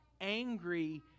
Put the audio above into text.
angry